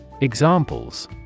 Examples